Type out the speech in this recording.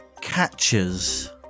Catches